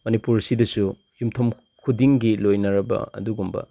ꯃꯅꯤꯄꯨꯔꯁꯤꯗꯁꯨ ꯌꯨꯝꯊꯣꯡ ꯈꯨꯗꯤꯡꯒꯤ ꯂꯣꯏꯅꯔꯕ ꯑꯗꯨꯒꯨꯝꯕ